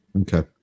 Okay